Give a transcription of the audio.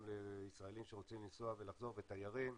לישראלים שרוצים לנסוע ולחזור ותיירים,